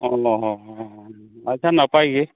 ᱚ ᱦᱚᱸ ᱟᱪᱪᱷᱟ ᱱᱟᱯᱟᱭ ᱜᱮ